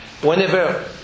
Whenever